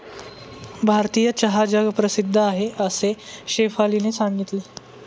भारतीय चहा जगप्रसिद्ध आहे असे शेफालीने सांगितले